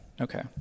Okay